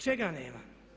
Čega nema?